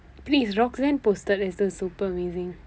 please roxanne posted as though super amazing